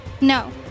No